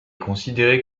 considéré